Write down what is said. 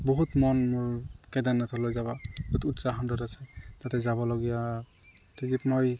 বহুত মন মোৰ কেদাৰনাথলৈ যাবা বহুত উৎসাহত আছে তাতে যাবলগীয়া তাতে য'ত মই